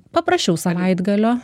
paprašiau savaitgalio